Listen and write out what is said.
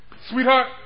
sweetheart